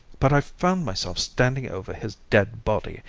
but i found myself standing over his dead body,